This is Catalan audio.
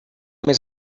més